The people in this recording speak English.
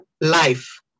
life